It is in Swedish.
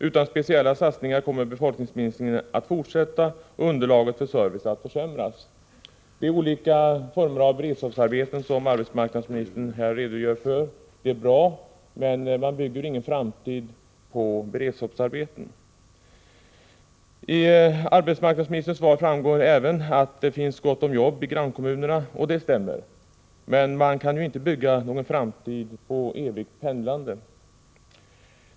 Utan speciella satsningar kommer befolkningsminskningen att fortsätta och underlaget för service att försämras De olika former av beredskapsarbeten som arbetsmarknadsministern här redogör för är bra, men man bygger ingen framtid på beredskapsarbeten. Av arbetsmarknadsministerns svar framgår även att det finns gott om jobb i grannkommunerna, och det stämmer. Men man kan ju inte bygga någon framtid på evigt pendlande.